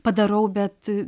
padarau bet